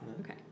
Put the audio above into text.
Okay